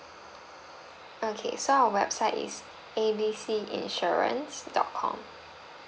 okay so our website is A B C insurance dot com